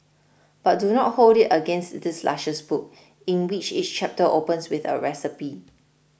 but do not hold it against this luscious book in which each chapter opens with a recipe